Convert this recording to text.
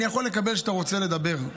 אני יכול לקבל שאתה רוצה לדבר,